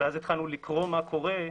ואז התחלנו לקרוא מה קורה,